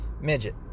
midget